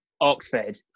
Oxford